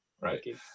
Right